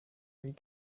and